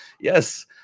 Yes